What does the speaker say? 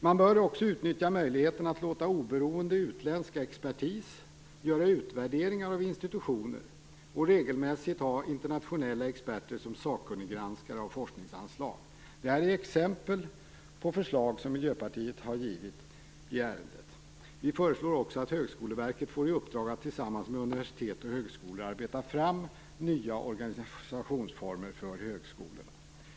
Man bör också utnyttja möjligheten att låta oberoende utländsk expertis göra utvärderingar av institutioner och regelmässigt ha internationella experter som sakkunniggranskare av forskninganslag. Detta är exempel för förslag som Miljöpartiet har avgett i ärendet. Vi föreslår också att Högskoleverket får i uppdrag att tillsammans med universitet och högskolor arbeta fram nya organisationsformer för högskolorna.